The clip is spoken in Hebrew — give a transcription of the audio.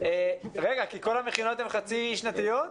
--- כי כל המכינות הן חצי שנתיות?